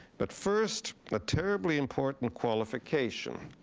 but first, a terribly important qualification,